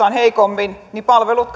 on heikommin palvelut